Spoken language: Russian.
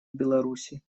беларуси